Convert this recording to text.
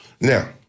Now